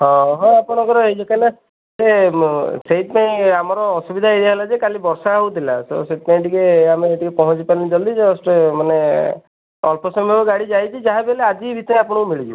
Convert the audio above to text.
ହଉ ହଉ ଆପଣଙ୍କର ହେଇଯିବ କାହିଁକି ନା ସେଇଥିପାଇଁ ଆମର ଅସୁବିଧା ଏଇଆ ହେଲା ଯେ କାଲି ବର୍ଷା ହେଉଥିଲା ତ ସେଥିପାଇଁ ଟିକେ ଆମେ ଟିକେ ପହଞ୍ଚି ପାରିଲୁନି ଜଲ୍ଦି ଜଷ୍ଟ ମାନେ ଅଳ୍ପ ସମୟ ଗାଡ଼ି ଯାଇଛି ଯାହା ବି ହେଲେ ଆଜି ଭିତରେ ଆପଣଙ୍କୁ ମିଳିଯିବ